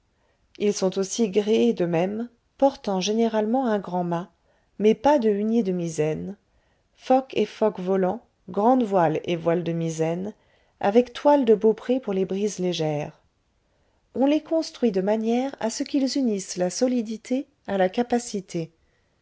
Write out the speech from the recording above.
ils sont aussi gréés de même portant généralement un grand mât mais pas de hunier de misaine focs et focs volants grande voile et voile de misaine avec toile de beaupré pour les brises légères on les construit de manière à ce qu'ils unissent la solidité à la capacité